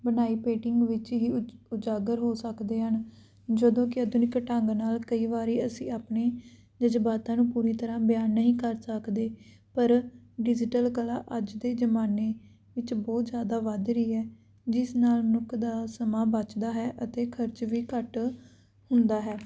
ਬਣਾਈ ਪੇਟਿਗ ਵਿੱਚ ਹੀ ਉਜ ਉਜਾਗਰ ਹੋ ਸਕਦੇ ਹਨ ਜਦੋਂ ਕਿ ਆਧੁਨਿਕ ਢੰਗ ਨਾਲ ਕਈ ਵਾਰੀ ਅਸੀਂ ਆਪਣੇ ਜਜ਼ਬਾਤਾਂ ਨੂੰ ਪੂਰੀ ਤਰ੍ਹਾਂ ਬਿਆਨ ਨਹੀਂ ਕਰ ਸਕਦੇ ਪਰ ਡਿਜੀਟਲ ਕਲਾ ਅੱਜ ਦੇ ਜ਼ਮਾਨੇ ਵਿੱਚ ਬਹੁਤ ਜ਼ਿਆਦਾ ਵੱਧ ਰਹੀ ਹੈ ਜਿਸ ਨਾਲ ਮਨੁੱਖ ਦਾ ਸਮਾਂ ਬਚਦਾ ਹੈ ਅਤੇ ਖਰਚ ਵੀ ਘੱਟ ਹੁੰਦਾ ਹੈ